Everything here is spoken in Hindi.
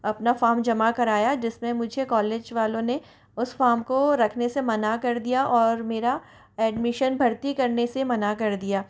अपना फार्म जमा कराया जिसने मुझे कॉलेज वालो ने उस फार्म को रखने से मना कर दिया और मेरा एडमिशन भर्ती करने से मना कर दिया